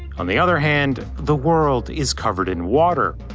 on the other hand, the world is covered in water.